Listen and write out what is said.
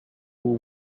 who